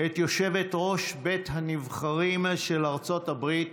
את יושבת-ראש בית הנבחרים של ארצות הברית